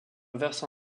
versant